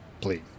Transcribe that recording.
please